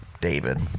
David